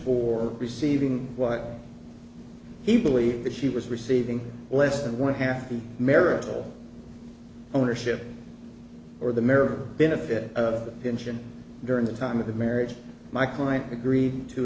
for receiving what he believed that she was receiving less than one half the marital ownership or the mirror benefit pension during the time of the marriage my client agreed to